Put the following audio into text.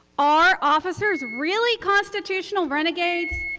are officers really constitutional renegades?